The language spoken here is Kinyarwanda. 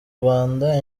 rwanda